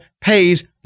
pays